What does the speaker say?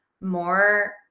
more